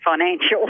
financial